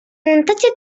muntatge